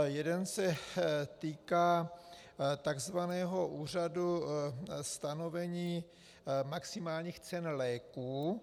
Jeden se týká takzvaného úřadu stanovení maximálních cen léků.